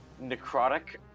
necrotic